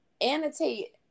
annotate